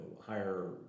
higher